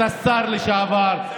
אתה שר לשעבר,